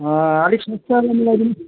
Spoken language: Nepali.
अलिक सस्तोमा मिलाइदिनु